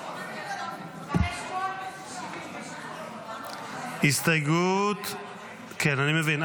578. הסתייגות, כן, אני מבין.